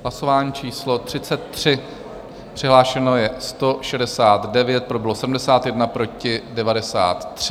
Hlasování číslo 33, přihlášeno je 169, pro bylo 71, proti 93.